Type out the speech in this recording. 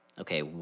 okay